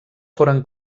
foren